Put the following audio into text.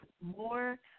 more